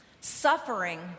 Suffering